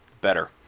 Better